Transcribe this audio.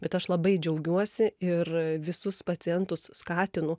bet aš labai džiaugiuosi ir visus pacientus skatinu